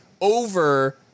over